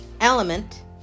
element